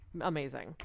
Amazing